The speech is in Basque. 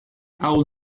hau